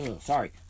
Sorry